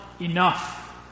enough